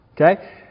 Okay